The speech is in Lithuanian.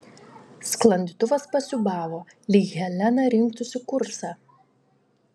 sklandytuvas pasiūbavo lyg helena rinktųsi kursą